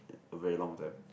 a very long time